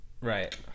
Right